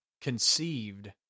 conceived